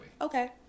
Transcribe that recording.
Okay